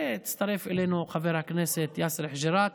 והצטרף אלינו חבר הכנסת יאסר חוג'יראת.